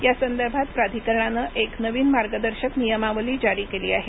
या संदर्भात प्राधिकरणानं एक नवीन मार्गदर्शक नियमावली जारी केली आहे